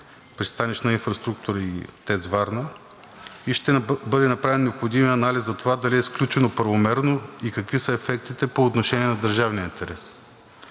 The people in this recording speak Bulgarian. „Пристанищна инфраструктура“ и ТЕЦ Варна и ще бъде направен необходимият анализ за това дали е сключено правомерно и какви са ефектите по отношение на държавния интерес.